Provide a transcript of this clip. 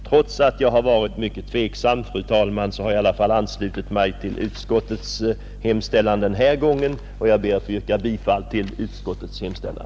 Trots att jag har varit mycket tveksam, fru talman, har jag denna gång anslutit mig till vad utskottet yrkat. Jag ber att få yrka bifall till utskottets hemställan,